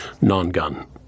non-gun